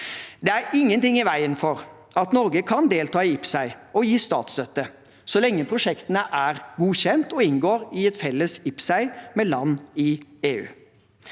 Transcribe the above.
Det er ingenting i veien for at Norge kan delta i IPCEI og gi statsstøtte så lenge prosjektene er godkjent og inngår i et felles IPCEI med land i EU.